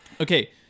okay